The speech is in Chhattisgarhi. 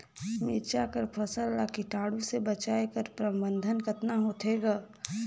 मिरचा कर फसल ला कीटाणु से बचाय कर प्रबंधन कतना होथे ग?